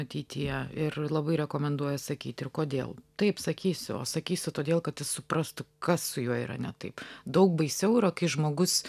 ateityje ir labai rekomenduoja sakyti ir kodėl taip sakysiu o sakysiu todėl kad jis suprastų kas su juo yra ne taip daug baisiau yra kai žmogus